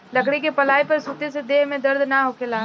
लकड़ी के पलाई पर सुते से देह में दर्द ना होखेला